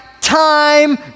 time